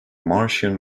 martian